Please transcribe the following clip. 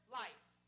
life